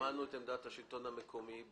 שמענו את עמדת השלטון המקומי.